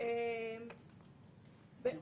אני לא שואלת מי הלווה.